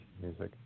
music